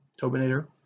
tobinator